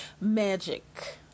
magic